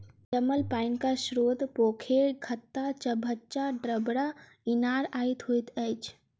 जमल पाइनक स्रोत पोखैर, खत्ता, चभच्चा, डबरा, इनार इत्यादि होइत अछि